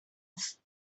است